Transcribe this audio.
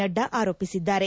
ನಡ್ಡಾ ಆರೋಪಿಸಿದ್ದಾರೆ